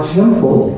temple